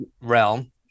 realm